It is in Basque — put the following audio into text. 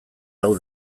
lau